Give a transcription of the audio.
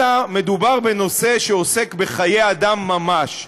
אלא מדובר בנושא שעוסק בחיי אדם ממש.